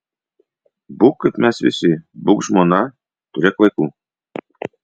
būk kaip mes visi būk žmona turėk vaikų